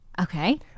Okay